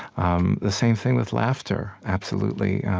um the same thing with laughter, absolutely.